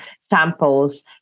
samples